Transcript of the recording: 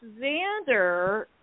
Xander